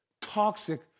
toxic